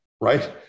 right